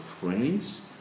friends